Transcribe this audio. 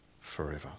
forever